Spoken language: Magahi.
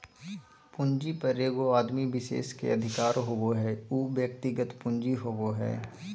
पूंजी पर एगो आदमी विशेष के अधिकार होबो हइ उ व्यक्तिगत पूंजी होबो हइ